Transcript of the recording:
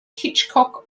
hitchcock